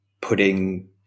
putting